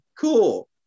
cool